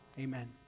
amen